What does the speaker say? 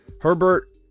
Herbert